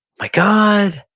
my god.